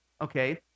okay